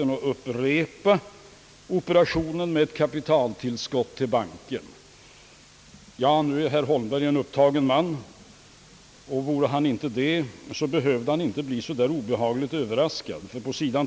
år upprepa operationen med kapitaltillskott till banken. Ja, nu är herr Holmberg en upptagen man — vore han inte det behövde han inte bli så där obehagligt överraskad. På sid.